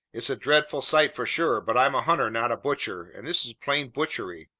it's a dreadful sight for sure. but i'm a hunter not a butcher, and this is plain butchery.